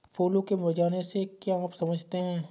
फूलों के मुरझाने से क्या आप समझते हैं?